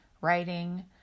writing